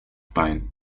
bein